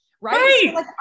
Right